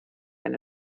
eine